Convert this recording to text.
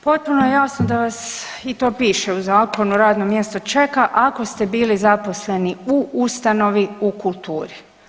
Potpuno je jasno da vas i to piše u zakonu radno mjesto čeka ako ste bili zaposleni u ustanovi u kulturi.